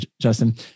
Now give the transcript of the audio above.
Justin